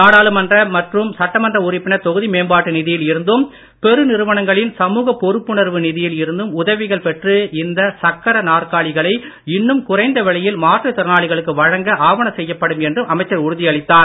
நாடாளுமன்ற மற்றும் சட்டமன்ற உறுப்பினர் தொகுதி மேம்பாட்டு நிதியில் இருந்தும் பெரு நிறுவனங்களின் சமூக பொறுப்புணர்வு நிதியில் இருந்தும் உதவிகள் பெற்று இந்த சக்கர நாற்காலிகளை இன்னும் குறைந்த விலையில் மாற்றுத் திறனாளிகளுக்கு வழங்க ஆவன செய்யப்படும் என்றும் அமைச்சர் உறுதியளித்தார்